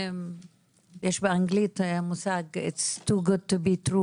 יש באנגלית המושג זה טוב מדי מכדי